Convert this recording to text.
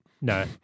no